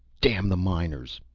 damn the miners.